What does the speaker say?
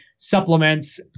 supplements